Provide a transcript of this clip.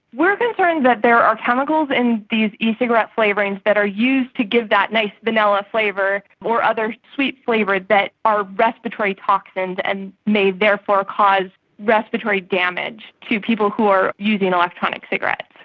we are concerned that there are chemicals in these ecigarette flavourings that are used to give that nice vanilla flavour or other sweet flavours that are respiratory toxins and may therefore cause respiratory damage to people who are using electronic cigarettes.